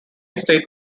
state